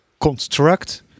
construct